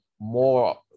more